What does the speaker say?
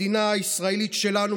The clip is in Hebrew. המדינה הישראלית שלנו,